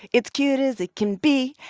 it's cute is it can be.